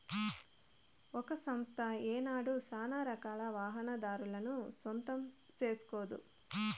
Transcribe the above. ఒక సంస్థ ఏనాడు సానారకాల వాహనాదారులను సొంతం సేస్కోదు